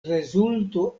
rezulto